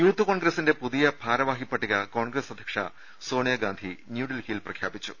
youth കോൺഗ്രസിന്റെ പുതിയ ഭാരവാഹി പട്ടിക കോൺഗ്രസ് അധ്യക്ഷ സോണിയാഗാന്ധി ന്യൂഡൽഹിയിൽ പ്രഖ്യാപിച്ചു